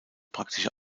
praktische